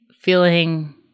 feeling